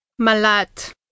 malat